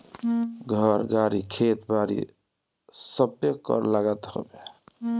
घर, गाड़ी, खेत बारी सबपे कर लागत हवे